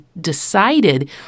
decided